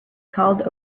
called